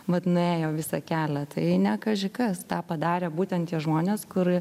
mat nuėjo visą kelią tai ne kaži kas tą padarė būtent tie žmonės kur